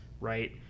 right